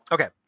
Okay